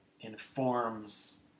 informs